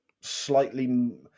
slightly